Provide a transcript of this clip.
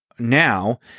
now